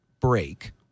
break